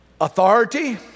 Authority